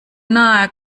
nahe